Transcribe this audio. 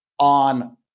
on